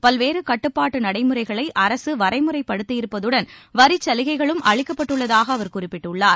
பல்வேறு கட்டுப்பாட்டு நடைமுறைகளை அரசு வரைமுறைப்படுத்தியிருப்பதுடன் வரிச்சலுகைகளும் அளிக்கப்பட்டுள்ளதாகக் அவர் குறிப்பிட்டுள்ளார்